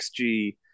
xg